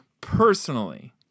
Personally